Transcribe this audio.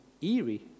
eerie